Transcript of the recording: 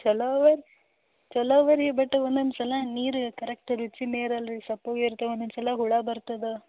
ಚಲೋವೆ ಚಲೋವೆ ರೀ ಬಟ್ ಒಂದೊಂದ್ ಸಲ ನೀರು ಕರೆಕ್ಟ್ ರುಚಿಯೇ ಇರಲ್ಲ ರೀ ಸಪ್ಪಗೆ ಇರ್ತವೆ ಒಂದೊಂದು ಸಲ ಹುಳ ಬರ್ತದೆ